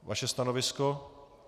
Vaše stanovisko?